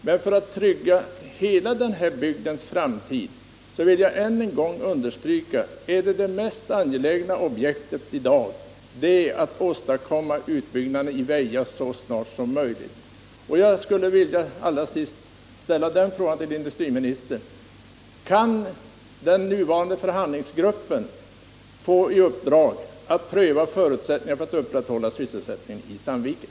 Men för att trygga hela denna bygds framtid vill jag än en gång understryka att det mest angelägna objektet är utbyggnaden i Väja. Det är mycket angeläget att den åstadkommes så snart som möjligt. Jag vill allra sist ställa följande fråga till industriministern: Kan den nuvarande förhandlingsgruppen få i uppdrag att pröva förutsättningarna för att upprätthålla sysselsättningen i Sandviken?